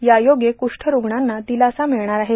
यायोगे कुष्ठरूग्णांना दिलासा मिळणार आहे